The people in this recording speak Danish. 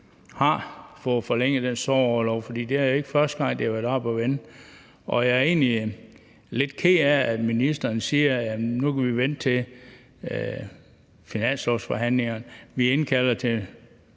har fået forlænget den sorgorlov. For det er ikke første gang, det har været oppe at vende. Jeg er egentlig lidt ked af, at ministeren siger, at vi kan vente til finanslovsforhandlingerne, og at man indkalder til